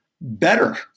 better